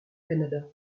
canada